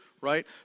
right